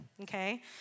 Okay